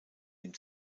den